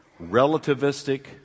relativistic